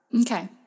Okay